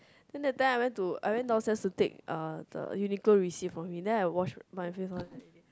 then that time I went to I went downstairs to take uh the Uniqlo receipt from him then I wash my face one already